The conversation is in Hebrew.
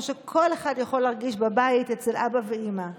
שכל אחד יכול להרגיש בבית אצל אבא ואימא.